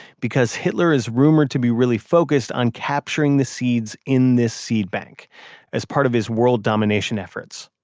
because hitler is rumored to be really focused on capturing the seeds in this seed bank as part of his world domination efforts.